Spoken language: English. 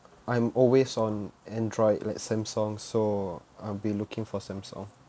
I'm always on android like samsung so I'll be looking for samsung